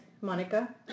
Monica